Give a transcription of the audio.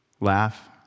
Laugh